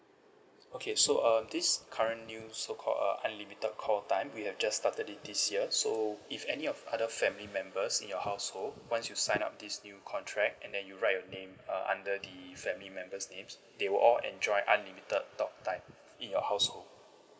okay so uh this current new so called uh unlimited call time we have just started it this year so if any of other family members in your household once you sign up this new contract and then you write your name uh under the family members' names they will all enjoy unlimited talk time in your household